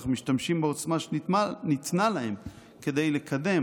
אך משתמשים בעוצמה שניתנה להם כדי לקדם